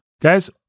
Guys